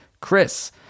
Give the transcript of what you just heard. Chris